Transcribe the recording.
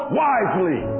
wisely